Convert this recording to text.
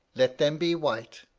let them be white,